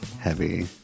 heavy